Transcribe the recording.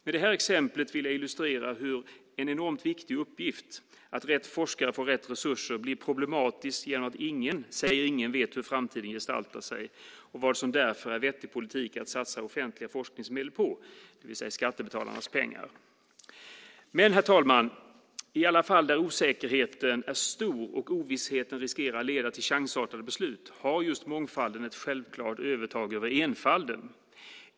Med det här exemplet vill jag illustrera hur en enormt viktig uppgift, att rätt forskare får rätt resurser, blir problematisk genom att ingen vet hur framtiden kommer att gestalta sig och vad som därför är vettig politik att satsa offentliga forskningsmedel på, det vill säga skattebetalarnas pengar. Herr talman! I alla fall där osäkerheten är stor och ovissheten riskerar att leda till chansartade beslut har just mångfalden ett självklart övertag över enfalden.